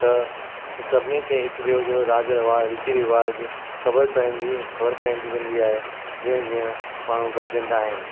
त स सभिनी खे हिकु ॿियो जो राज रवायत रीति रवाज़ु ख़बर पइंदी ख़बर पइजी वेंदी आहे जीअं जीअं माण्हू गॾजंदा आहिनि